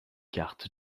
cartes